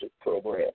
program